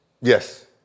Yes